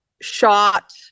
shot